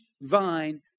vine